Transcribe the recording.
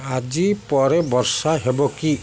ଆଜି ପରେ ବର୍ଷା ହେବ କି